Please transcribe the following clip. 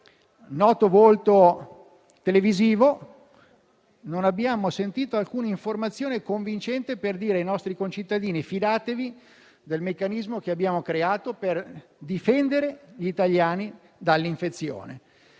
noto volto televisivo, non abbiamo sentito alcuna informazione convincente per dire ai nostri concittadini di fidarsi del meccanismo creato per difendere gli italiani dall'infezione.